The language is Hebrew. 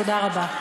תודה רבה.